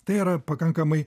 tai yra pakankamai